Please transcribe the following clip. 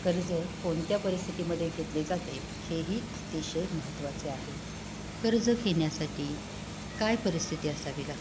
कर्ज कोणत्या परिस्थितीमध्ये घेतले जाते हे ही अतिशय महत्त्वाचे आहे कर्ज घेण्यासाठी काय परिस्थिती असावी लागते